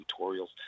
tutorials